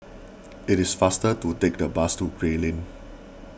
it is faster to take the bus to Gray Lane